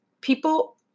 people